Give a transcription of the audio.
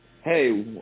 hey